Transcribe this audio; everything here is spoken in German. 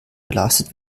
belastet